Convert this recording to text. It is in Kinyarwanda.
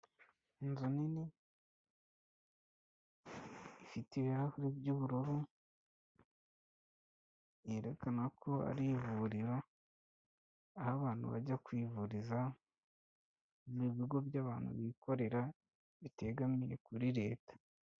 Inzu nini, ifite ibirahuri by'ubururu, yerekana ko ari ivuriro, aho abantu bajya kwivuriza mu bigo by'abantu bikorera bitegamiye kuri leta.